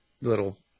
little